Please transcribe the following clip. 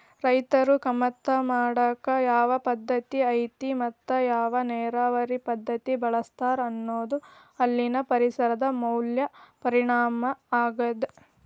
ರೈತರು ಕಮತಾ ಮಾಡಾಕ ಯಾವ ಪದ್ದತಿ ಐತಿ ಮತ್ತ ಯಾವ ನೇರಾವರಿ ಪದ್ಧತಿ ಬಳಸ್ತಾರ ಅನ್ನೋದು ಅಲ್ಲಿನ ಪರಿಸರದ ಮ್ಯಾಲ ಪರಿಣಾಮ ಆಗ್ತದ